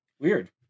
Weird